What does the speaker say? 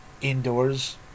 indoors